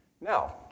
Now